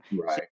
Right